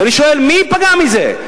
ואני שואל: מי ייפגע מזה?